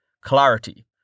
Clarity